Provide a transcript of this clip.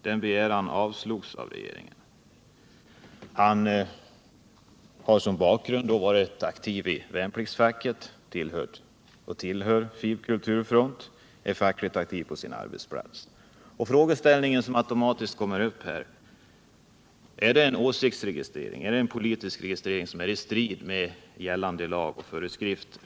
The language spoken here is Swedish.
Denna begäran avslogs av regeringen. I hans bakgrund ingår att han varit aktiv i värnpliktsfacket, att han tillhör Fib-Kulturfront och är fackligt aktiv på sin arbetsplats. Den frågeställning som automatiskt kommer upp i detta fall är: Gäller det en åsiktsregistrering, dvs. en politisk registrering som är i strid med gällande lag och föreskrifter?